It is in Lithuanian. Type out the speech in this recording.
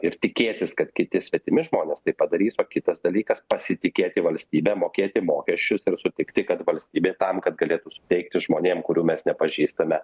ir tikėtis kad kiti svetimi žmonės tai padarys o kitas dalykas pasitikėti valstybe mokėti mokesčius ir sutikti kad valstybė tam kad galėtų suteikti žmonėm kurių mes nepažįstame